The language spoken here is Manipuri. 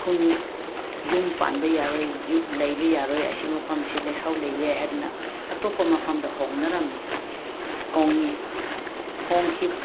ꯈꯨꯟ ꯌꯨꯝ ꯄꯥꯟꯕ ꯌꯥꯔꯣꯏ ꯂꯩꯕ ꯌꯥꯔꯣꯏ ꯑꯁꯤ ꯃꯐꯝꯁꯤ ꯂꯧꯁꯧ ꯂꯩ ꯍꯥꯏꯗꯅ ꯑꯇꯣꯞꯄ ꯃꯐꯝꯗ ꯍꯣꯡꯅꯔꯝꯃꯦ ꯍꯣꯡꯉꯤ